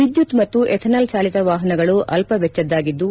ವಿದ್ಯುತ್ ಮತ್ತು ಎಥೆನಾಲ್ ಚಾಲಿತ ವಾಹನಗಳು ಅಲ್ಲವೆಚ್ಚದ್ದಾಗಿದ್ದು